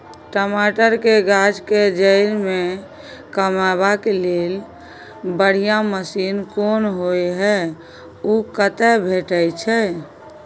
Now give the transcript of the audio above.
टमाटर के गाछ के जईर में कमबा के लेल बढ़िया मसीन कोन होय है उ कतय भेटय छै?